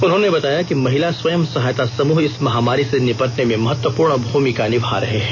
उन्होंने बताया कि महिला स्व सहायता समूह इस महामारी से निपटने में महत्वपूर्ण भूमिका निभा रहे हैं